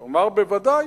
הוא אמר: בוודאי,